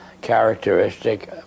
characteristic